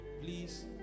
Please